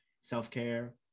self-care